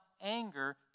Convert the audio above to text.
anger